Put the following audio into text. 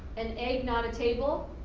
and egg, not a table.